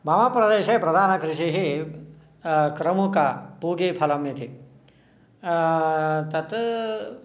मम प्रदेशे प्रधानकृषिः क्रमुका पूगीफलम् इति तत्